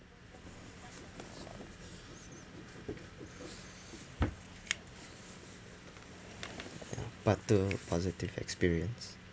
part two positive experience